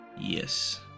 Yes